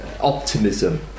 optimism